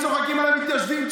צוחקים על המתיישבים,